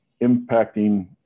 impacting